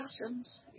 customs